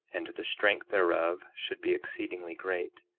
and the strength thereof should be exceedingly great.